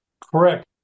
correct